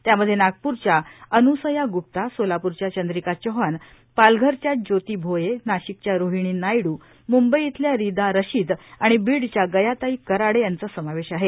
त्यामधे नागप्रच्या अनुसया गुप्ता सोलाप्रच्या चंद्रिका चौहान पालघरच्या ज्योती भोये नाशिकच्या रोहिणी नायडू मूंबई इथल्या रिदा रशीद आणि बीडच्या गयाताई कराड यांचा यांचा समावेश आहे